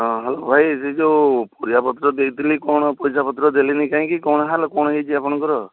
ହଁ ଭାଇ ସେ ଯେଉଁ ପରିବାପତ୍ର ଦେଇଥିଲି କ'ଣ ପଇସାପତ୍ର ଦେଲେନି କାହିଁକି କ'ଣ ହାଲ କ'ଣ ହେଇଛି ଆପଣଙ୍କର